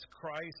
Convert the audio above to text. Christ